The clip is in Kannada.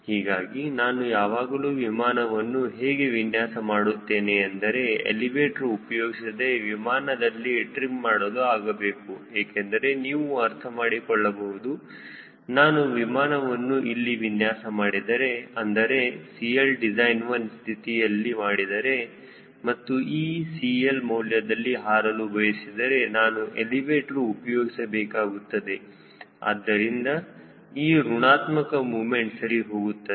ಹೀಗಾಗಿ ನಾನು ಯಾವಾಗಲೂ ವಿಮಾನವನ್ನು ಹೇಗೆ ವಿನ್ಯಾಸ ಮಾಡುತ್ತೇನೆ ಎಂದರೆ ಎಲಿವೇಟರ್ ಉಪಯೋಗಿಸದೆ ವಿಮಾನದಲ್ಲಿ ಟ್ರಿಮ್ ಮಾಡಲು ಆಗಬೇಕು ಏಕೆಂದರೆ ನೀವು ಅರ್ಥ ಮಾಡಿಕೊಳ್ಳಬಹುದು ನಾನು ವಿಮಾನವನ್ನು ಇಲ್ಲಿ ವಿನ್ಯಾಸ ಮಾಡಿದರೆ ಅಂದರೆ 𝐶Ldecign1 ಸ್ಥಿತಿಯಲ್ಲಿ ಮಾಡಿದರೆ ಮತ್ತು ಈ CL ಮೌಲ್ಯದಲ್ಲಿ ಹಾರಲು ಬಯಸಿದರೆ ನಾನು ಎಲಿವೇಟರ್ ಉಪಯೋಗಿಸಬೇಕಾಗುತ್ತದೆ ಅದರಿಂದ ಈ ಋಣಾತ್ಮಕ ಮುಮೆಂಟ್ ಸರಿ ಹೋಗುತ್ತದೆ